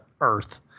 earth